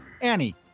Annie